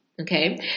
Okay